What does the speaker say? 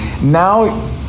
now